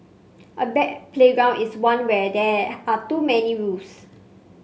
a bad playground is one where there are too many rules